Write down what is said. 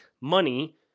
money